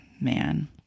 man